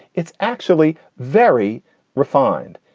it's actually very refined.